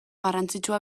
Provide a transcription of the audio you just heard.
garrantzitsua